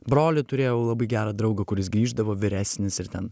brolį turėjau labai gerą draugą kuris grįždavo vyresnis ir ten